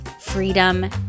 freedom